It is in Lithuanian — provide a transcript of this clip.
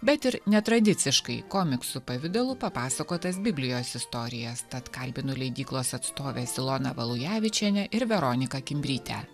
bet ir netradiciškai komiksų pavidalu papasakotas biblijos istorijas tad kalbinu leidyklos atstoves iloną valujavičienę ir veroniką kimbrytę